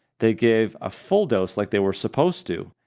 they gave a full dose, like they were supposed to,